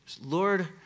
Lord